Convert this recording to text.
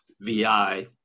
VI